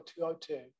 202